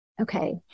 Okay